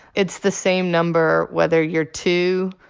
it's the same number, whether you're two,